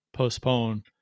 postpone